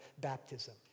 baptism